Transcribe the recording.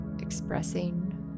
Expressing